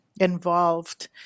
involved